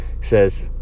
says